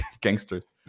gangsters